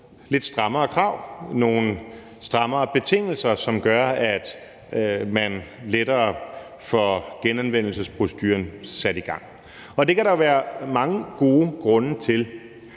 lidt strammere krav, nogle strammere betingelser, som gør, at man lettere får genanvendelsesprocedurerne sat i gang, og det kan der være mange gode grunde til.